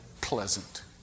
pleasant